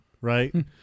right